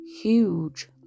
huge